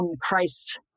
Christ